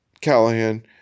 Callahan